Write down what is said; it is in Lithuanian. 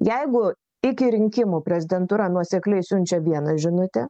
jeigu iki rinkimų prezidentūra nuosekliai siunčia vieną žinutę